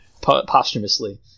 posthumously